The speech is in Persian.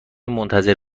منتظر